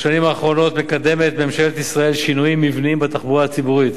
בשנים האחרונות מקדמת ממשלת ישראל שינויים מבניים בתחבורה הציבורית